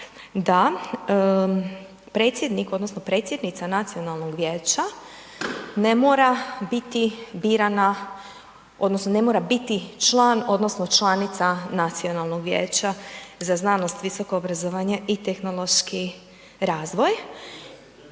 da predsjednik odnosno predsjednica nacionalnog vijeća ne mora biti birana odnosno ne mora biti član odnosno članica Nacionalnog vijeća za znanost i visoko obrazovanje i tehnološki razvoj